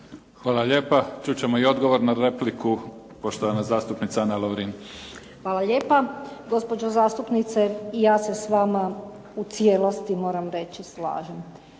Hvala lijepa. Čuti ćemo i odgovor na repliku, poštovana zastupnica Ana Lovrin. **Lovrin, Ana (HDZ)** Hvala lijepa. Gospođo zastupnice i ja se s vama u cijelosti moram reći slažem.